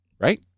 right